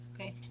Okay